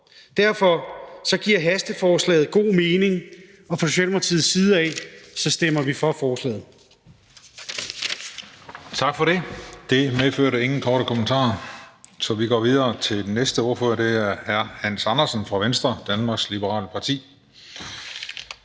Derfor giver hasteforslaget god mening, og fra Socialdemokratiets side stemmer vi for forslaget.